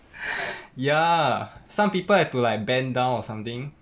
ya some people have to like bend down or something